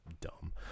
dumb